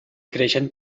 creixent